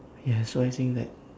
ya so I saying that